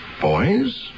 Boys